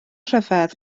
rhyfedd